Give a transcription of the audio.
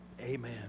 amen